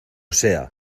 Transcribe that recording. sea